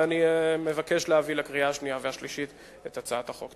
אני מבקש להביא לקריאה שנייה ולקריאה שלישית את הצעת החוק.